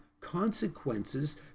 consequences